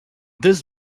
this